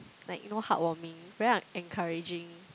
like you know heartwarming very encouraging